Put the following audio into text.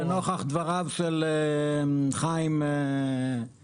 נוכח דבריו של חיים ידידנו,